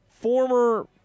former